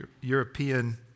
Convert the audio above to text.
European